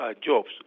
jobs